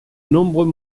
nombreux